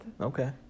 Okay